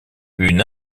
une